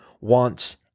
wants